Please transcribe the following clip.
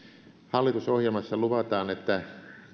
hallitusohjelmassa luvataan että